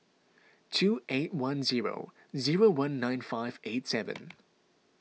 two eight one zero zero one nine five eight seven